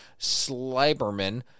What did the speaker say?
Sliberman